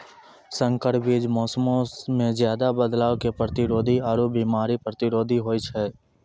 संकर बीज मौसमो मे ज्यादे बदलाव के प्रतिरोधी आरु बिमारी प्रतिरोधी होय छै